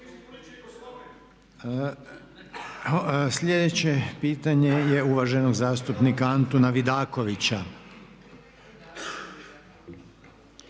Sljedeće pitanje je uvaženog zastupnika Antuna Vidakovića.